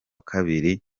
kabiri